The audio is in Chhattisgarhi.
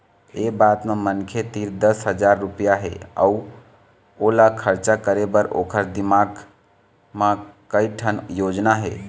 ए बात म मनखे तीर दस हजार रूपिया हे अउ ओला खरचा करे बर ओखर दिमाक म कइ ठन योजना हे